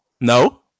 No